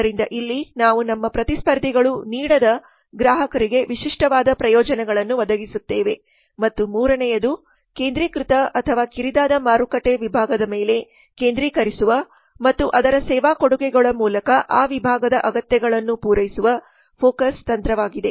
ಆದ್ದರಿಂದ ಇಲ್ಲಿ ನಾವು ನಮ್ಮ ಪ್ರತಿಸ್ಪರ್ಧಿಗಳು ನೀಡದ ಗ್ರಾಹಕರಿಗೆ ವಿಶಿಷ್ಟವಾದ ಪ್ರಯೋಜನಗಳನ್ನು ಒದಗಿಸುತ್ತೇವೆ ಮತ್ತು ಮೂರನೆಯದು ಕೇಂದ್ರೀಕೃತ ಅಥವಾ ಕಿರಿದಾದ ಮಾರುಕಟ್ಟೆ ವಿಭಾಗದ ಮೇಲೆ ಕೇಂದ್ರೀಕರಿಸುವ ಮತ್ತು ಅದರ ಸೇವಾ ಕೊಡುಗೆಗಳ ಮೂಲಕ ಆ ವಿಭಾಗದ ಅಗತ್ಯಗಳನ್ನು ಪೂರೈಸುವ ಫೋಕಸ್ ತಂತ್ರವಾಗಿದೆ